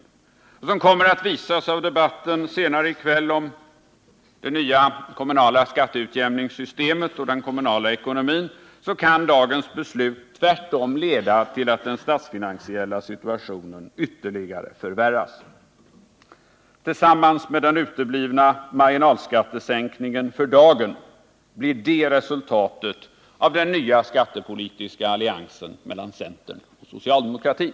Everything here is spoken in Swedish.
Det kan, som kommer att visas av debatten senare i kväll om kommunalskatteutjämningen och den kommunala ekonomin, tvärtom leda till att den statsfinansiella situationen ytterligare förvärras. Tillsammans med den uteblivna marginalskattesänkningen för dagen blir detta resultatet av den nya skattepolitiska alliansen mellan centern och socialdemokratin.